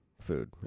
food